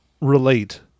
relate